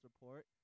Report